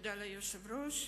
תודה ליושב-ראש.